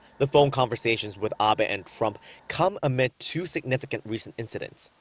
the phone conversations with abe and trump come amid two significant recent incidents.